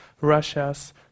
Russia's